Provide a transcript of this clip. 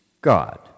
God